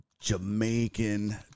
Jamaican